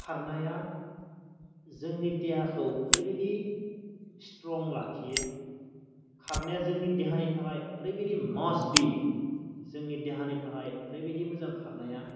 खारनाया जोंनि देहाखौ ओरैबायदि स्ट्रं लाखियो खारनाया जोंनि देहानि थाखाय ओरैबायदि मास्ट बि जोंनि देहानि थाखाय ओरैबायदि मोजां खारनाया